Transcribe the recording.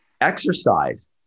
exercise